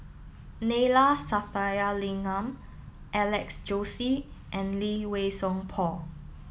Neila Sathyalingam Alex Josey and Lee Wei Song Paul